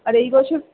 আর এই বছর